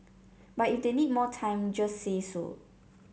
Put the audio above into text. but if they need more time just say so